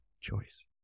choice